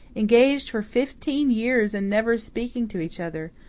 engaged for fifteen years and never speaking to each other!